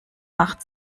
macht